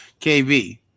KB